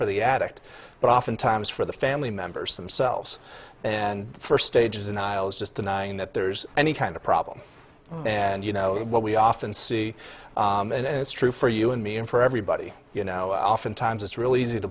for the addict but oftentimes for the family members themselves and first stages and i was just denying that there's any kind of problem and you know what we often see and it's true for you and me and for everybody you know oftentimes it's really easy to